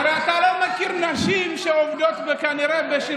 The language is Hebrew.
הרי אתה לא מכיר נשים שעובדות בשירותים,